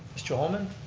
mr. holman.